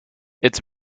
its